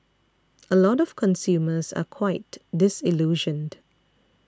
a lot of consumers are quite disillusioned